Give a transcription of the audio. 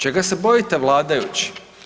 Čega se bojite vladajući?